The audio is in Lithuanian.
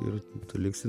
ir tu liksi